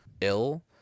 ill